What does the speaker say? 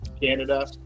Canada